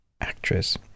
Actress